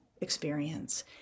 experience